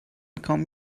come